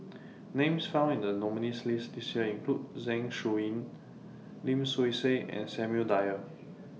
Names found in The nominees' list This Year include Zeng Shouyin Lim Swee Say and Samuel Dyer